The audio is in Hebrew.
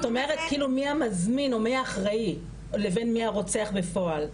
את אומרת כאילו מי המזמין או מי האחראי לגבי הרצח בפועל.